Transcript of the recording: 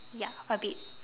ya a bit